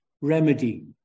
remedy